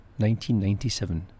1997